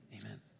Amen